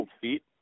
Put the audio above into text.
feet